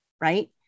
right